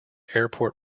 airport